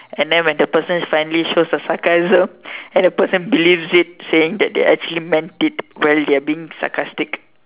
and then when the person finally shows the sarcasm and the person believes it saying that they actually meant it while they are being sarcastic